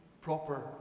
proper